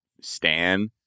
stan